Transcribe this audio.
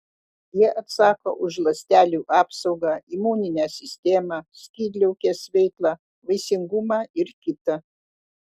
jie atsako už ląstelių apsaugą imuninę sistemą skydliaukės veiklą vaisingumą ir kita